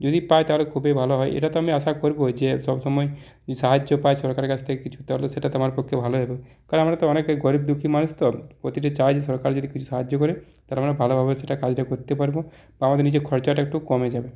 যদি পাই তাহলে খুবই ভালো হয় এটা তো আমি আশা করবো যে সবসময় সাহায্য পাই সরকারের কাছ থেকে কিছু তাহলে সেটা তো আমার পক্ষে ভালোই হবে কারণ আমরা তো অনেকেই গরিব দুঃখী মানুষ তো প্রতিটি চায় যে সরকার যদি কিছু সাহায্য করে তাহলে আমরা ভালোভাবে সেটা কাজটা করতে পারবো বা আমাদের নিজেদের খরচাটা একটু কমে যাবে